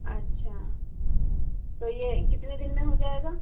اچھا تو یہ کتنے دن میں ہو جائے گا